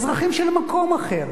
אזרחים של מקום אחר,